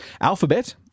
Alphabet